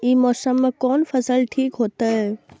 ई मौसम में कोन फसल ठीक होते?